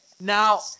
Now